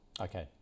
Okay